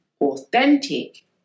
authentic